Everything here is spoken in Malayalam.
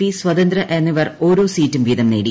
പി സ്വതന്ത്രർ എന്നിവർ ഓരോ സീറ്റും വീതം നേടി